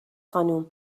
خانم